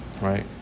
right